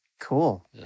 Cool